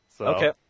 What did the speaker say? Okay